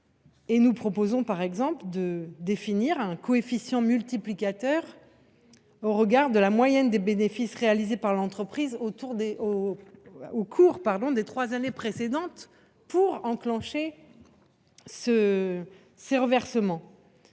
Nous proposons, par exemple, de définir un coefficient multiplicateur au regard de la moyenne des bénéfices réalisés par l’entreprise au cours des trois années précédentes pour enclencher ces reversements.